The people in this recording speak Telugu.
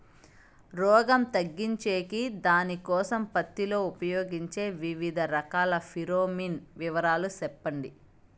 రోగం తగ్గించేకి దానికోసం పత్తి లో ఉపయోగించే వివిధ రకాల ఫిరోమిన్ వివరాలు సెప్పండి